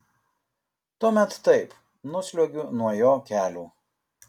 tuomet taip nusliuogiu nuo jo kelių